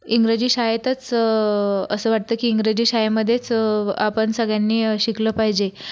इंग्रजी शाळेतच असं वाटतं की इंग्रजी शाळेमध्येच आपण सगळ्यांनी शिकलं पाहिजे